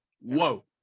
whoa